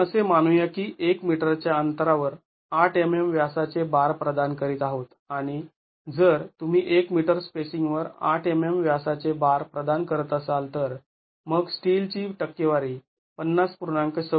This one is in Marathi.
आपण असे मानुया की १ मीटर च्या अंतरावर ८ mm व्यासाचे बार प्रदान करीत आहोत आणि जर तुम्ही १ मीटर स्पेसिंग वर ८ mm व्यासाचे बार प्रदान करत असाल तर मग स्टील ची टक्केवारी ५०